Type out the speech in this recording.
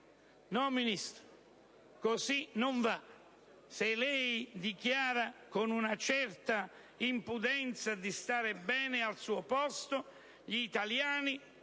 No, Ministro, così non va; se lei dichiara con una certa impudenza di stare bene al suo posto, gli italiani